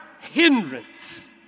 hindrance